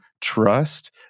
trust